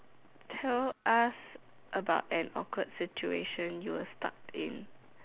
tell us about an awkward situation you were stuck in